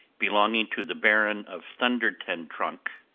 belonging to the baron of thunder-ten-tronckh,